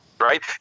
right